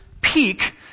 peak